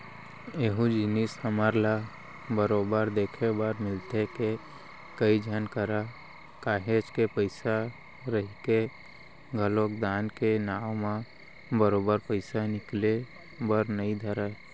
एहूँ जिनिस हमन ल बरोबर देखे बर मिलथे के, कई झन करा काहेच के पइसा रहिके घलोक दान के नांव म बरोबर पइसा निकले बर नइ धरय